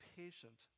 patient